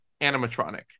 animatronic